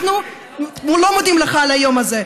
אנחנו לא מודים לך על היום הזה,